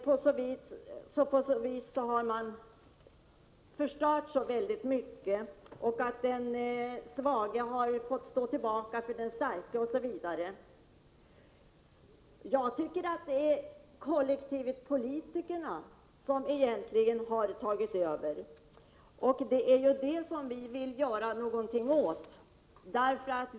På så sätt skulle man ha förstört så mycket. Den svage skulle ha fått stå tillbaka för den starke, osv. Jag tycker att det egentligen är kollektivet politikerna som har tagit över, och det är detta som vi vill göra någonting åt.